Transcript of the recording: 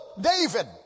David